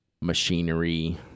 machinery